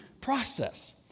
process